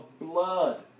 blood